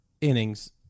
innings